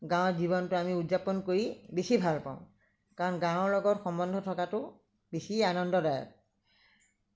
গাঁৱৰ জীৱনটো আমি উদযাপন কৰি বেছি ভাল পাওঁ কাৰণ গাঁৱৰ লগত সম্বন্ধ থকাতো বেছি আনন্দদায়ক